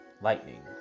lightning